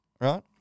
right